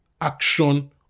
action